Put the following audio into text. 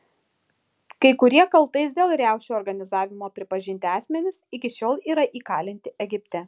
kai kurie kaltais dėl riaušių organizavimo pripažinti asmenys iki šiol yra įkalinti egipte